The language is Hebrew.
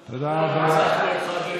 0:1. עכשיו הוא הבין.